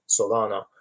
Solana